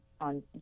on